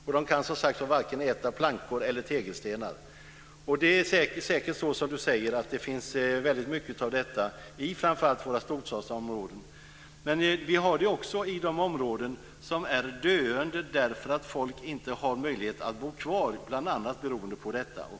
De kan inte, som sagt var, äta vare sig plankor eller tegelstenar. Det är säkert så, som Per säger, att det finns väldigt mycket av detta i framför allt storstadsområdena. Men vi hörde också att områden är döende därför att folk inte har möjlighet att bo kvar, bl.a. beroende på detta.